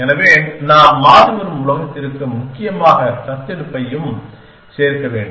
எனவே நாம் மாறிவரும் உலகத்திற்கு முக்கியமாக தத்தெடுப்பையும் சேர்க்க வேண்டும்